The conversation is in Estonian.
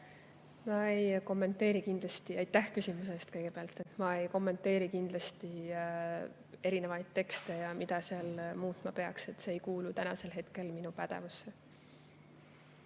Ma ei kommenteeri kindlasti erinevaid tekste ega seda, mida seal muutma peaks. See ei kuulu minu pädevusse.